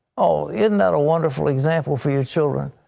ah isn't that a wonderful example for your children?